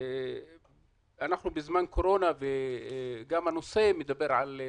מדובר בשתי